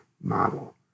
model